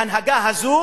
בהנהגה הזאת,